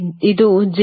04 ಆಗಿದೆ